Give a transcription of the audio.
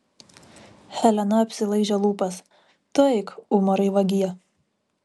helena apsilaižė lūpas tu eik umarai vagie